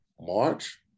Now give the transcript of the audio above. March